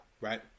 right